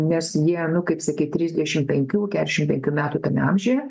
nes jie nu kaip sakyt trisdešimt penkių keturiasdešimt penkių metų tame amžiuje